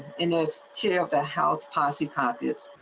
in this chair of the house posse copy us.